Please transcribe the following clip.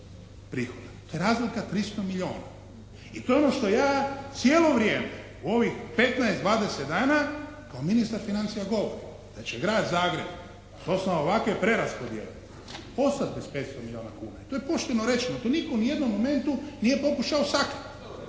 To je razlika 300 milijuna i to je ono što ja cijelo vrijeme u ovih 15, 20 dana kao ministar financija govorim, da će Grad Zagreb sa osnova ovakve preraspodjele ostati bez 500 milijuna kuna i to je pošteno rečeno. To nitko u ni jednom momentu nije pokušao sakriti.